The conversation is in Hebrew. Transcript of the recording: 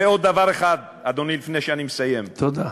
ועוד דבר אחד, אדוני, לפני שאני מסיים, תודה.